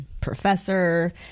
professor